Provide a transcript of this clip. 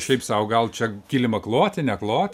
šiaip sau gal čia kilimą kloti nekloti